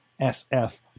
sf